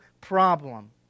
problem